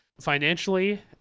financially